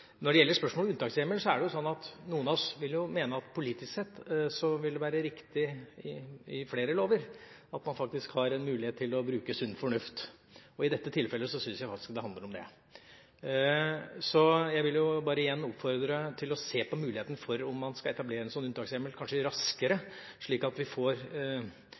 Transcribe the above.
Når det gjelder spørsmålet om unntakshjemmel, vil noen av oss mene at det politisk sett vil være riktig i forbindelse med flere lover at man faktisk har en mulighet til å bruke sunn fornuft. I dette tilfellet syns jeg faktisk det handler om det. Jeg vil igjen bare oppfordre til å se på muligheten for om man skal etablere en sånn unntakshjemmel, kanskje raskere, slik at vi får